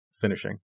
finishing